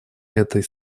этой